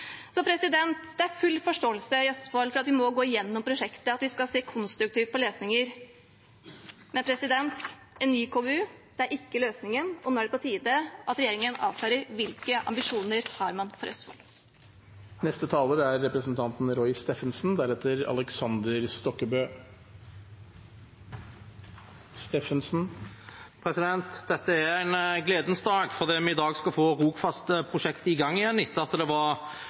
Det er full forståelse i Østfold for at vi må gå gjennom prosjektet, at vi skal se konstruktivt på løsninger, men en ny KVU er ikke løsningen. Nå er det på tide at regjeringen avklarer hvilke ambisjoner man har for Østfold. Dette er en gledens dag fordi vi i dag skal få Rogfast-prosjektet i gang igjen, etter at det